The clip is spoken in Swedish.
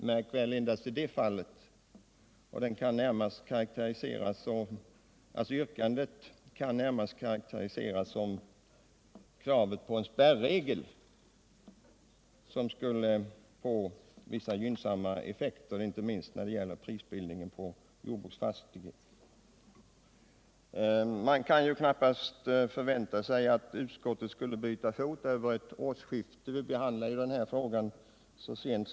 Märk väl endast i det fallet! Yrkandet kan närmast karakteriseras som ett krav på en spärregel som skulle få vissa gynnsamma effekter på prisbildningen på jordbruksfastigheter. Man kunde knappast förvänta sig att utskottet skulle byta fot över ett årsskifte. Den förhoppningen hade jag inte heller.